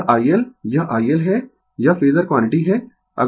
यह iLयह iL है यह फेजर क्वांटिटी है